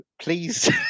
please